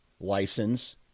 license